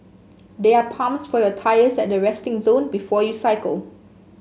there are pumps for your tyres at the resting zone before you cycle